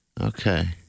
Okay